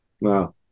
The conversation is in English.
wow